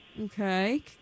Okay